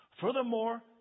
Furthermore